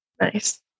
Nice